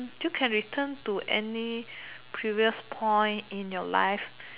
you can return to any previous point in your life